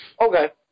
Okay